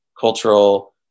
cultural